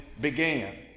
began